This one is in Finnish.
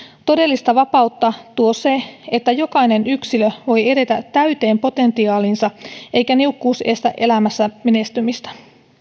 todellista vapautta tuo se että jokainen yksilö voi edetä täyteen potentiaaliinsa eikä niukkuus estä elämässä menestymistä